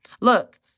Look